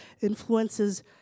influences